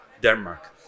Denmark